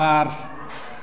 बार